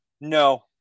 No